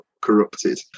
corrupted